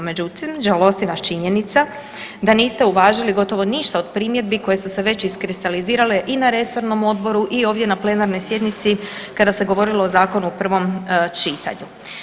Međutim, žalosti nas činjenica da niste uvažili gotovo ništa od primjedbi koje su se već iskristalizirale i na resornom odboru i ovdje na plenarnoj sjednici kada se govorilo o zakonu u prvom čitanju.